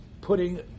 putting